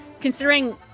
considering